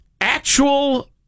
actual